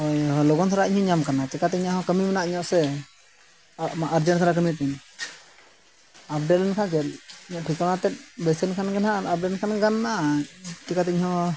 ᱦᱳᱭ ᱦᱳᱭ ᱞᱚᱜᱚᱱ ᱦᱚᱨᱟ ᱤᱧ ᱦᱚᱸᱧ ᱧᱟᱢ ᱠᱟᱱᱟ ᱪᱮᱠᱟᱹᱛᱮ ᱤᱧᱟᱹᱜ ᱦᱚᱸ ᱠᱟᱹᱢᱤ ᱢᱮᱱᱟᱜ ᱧᱚᱜ ᱜᱮᱭᱟ ᱥᱮ ᱟᱨᱡᱮᱱᱴ ᱫᱷᱟᱨᱟ ᱠᱟᱹᱢᱤ ᱛᱤᱧ ᱟᱯᱰᱮᱴ ᱞᱮᱱ ᱠᱷᱟᱱ ᱪᱮᱫ ᱜᱮ ᱤᱧᱟᱹᱜ ᱴᱷᱤᱠᱟᱹᱱᱟᱛᱮᱫ ᱵᱮᱥᱤ ᱞᱮᱱᱠᱷᱟᱱ ᱜᱮ ᱦᱟᱸᱜ ᱟᱯᱰᱮᱴ ᱞᱮᱱᱠᱷᱟᱱ ᱜᱮ ᱜᱟᱱ ᱱᱟ ᱪᱤᱠᱟᱹᱛᱮ ᱤᱧ ᱦᱚᱸ